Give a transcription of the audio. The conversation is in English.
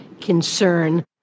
concern